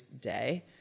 day